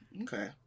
Okay